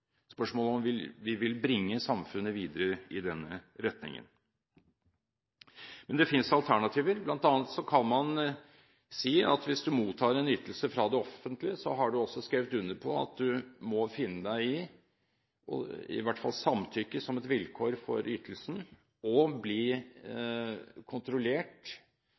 Spørsmålet er om vi vil bringe samfunnet videre i denne retningen. Men det finnes alternativer. Blant annet kan man si at hvis du mottar en ytelse fra det offentlige, har du også skrevet under på at du må finne deg i – i hvert fall samtykke som et vilkår for ytelsen – å bli kontrollert